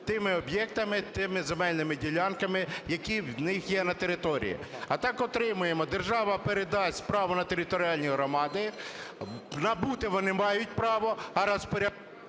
тими об'єктами, тими земельними ділянками, які в них є на території. А так отримуємо: держава передасть право на територіальні громади, набути вони мають право, а розпоряджатися…